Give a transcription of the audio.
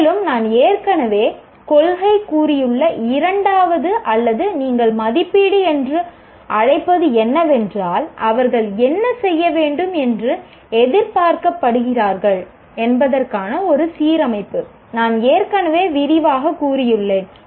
மேலும் நான் ஏற்கனவே கொள்கை கூறியுள்ள இரண்டாவது அல்லது நீங்கள் மதிப்பீடு என்று அழைப்பது என்னவென்றால் அவர்கள் என்ன செய்ய வேண்டும் என்று எதிர்பார்க்கப்படுகிறார்கள் என்பதற்கான ஒரு சீரமைப்பு நான் ஏற்கனவே விரிவாகக் கூறியுள்ளேன்